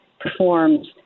performs